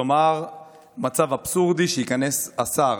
כלומר מצב אבסורדי שייכנס השר